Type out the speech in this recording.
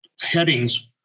headings